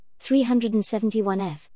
371f